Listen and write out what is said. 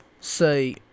say